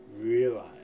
Realize